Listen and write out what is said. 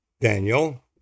Daniel